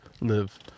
live